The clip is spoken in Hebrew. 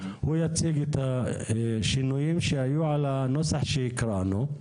כדי להציג את השינויים שהיו על הנוסח שקראנו.